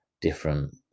different